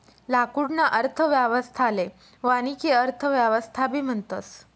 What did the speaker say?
लाकूडना अर्थव्यवस्थाले वानिकी अर्थव्यवस्थाबी म्हणतस